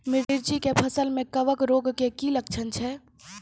मिर्ची के फसल मे कवक रोग के की लक्छण छै?